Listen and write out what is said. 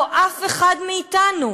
לא אף אחד מאתנו.